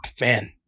man